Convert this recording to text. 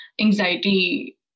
anxiety